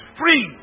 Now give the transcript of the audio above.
free